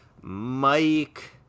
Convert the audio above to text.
Mike